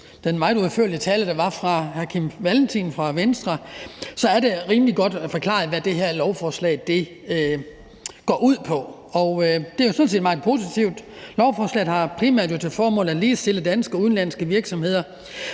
den meget udførlige tale, der var fra hr. Kim Valentin fra Venstre – så er det rimelig godt forklaret, hvad det her lovforslag går ud på. Det er jo sådan set meget positivt. Lovforslaget har primært til formål at ligestille danske og udenlandske virksomheder